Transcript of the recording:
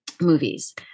movies